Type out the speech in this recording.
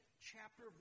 chapter